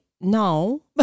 no